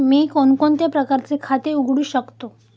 मी कोणकोणत्या प्रकारचे खाते उघडू शकतो?